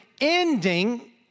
ending